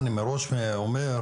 אני מראש אומר,